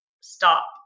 stop